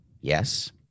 Yes